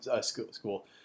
school